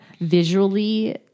visually